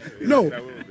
No